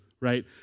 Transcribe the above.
right